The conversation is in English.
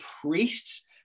priests